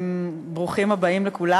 ברוכים הבאים לכולם.